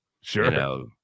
Sure